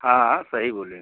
हाँ हाँ सही बोले